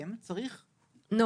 שעליהם צריך -- נוהל.